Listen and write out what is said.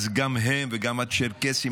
אז גם הם וגם הצ'רקסים,